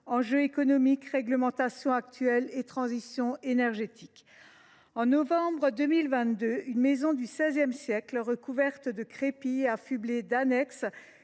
enjeux économiques, réglementations actuelles et transition énergétique. Ainsi, en novembre 2022, une maison du XVI siècle, recouverte de crépi et affublée d’annexes,